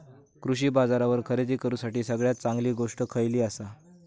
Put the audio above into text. कृषी बाजारावर खरेदी करूसाठी सगळ्यात चांगली गोष्ट खैयली आसा?